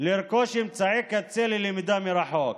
לרכוש אמצעי קצה ללמידה מרחוק.